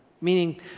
Meaning